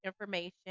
information